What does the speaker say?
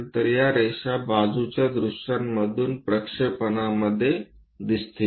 तर या रेषा बाजूच्या दृश्यांमधून प्रक्षेपणामध्ये दिसतील